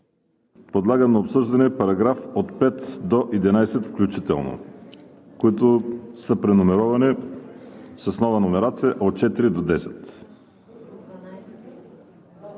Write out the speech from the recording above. Подлагам на обсъждане параграфи от 5 до 11 включително, които са преномерирани с нова номерация от 4 до 10.